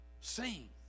sing